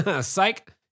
psych